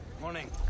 Morning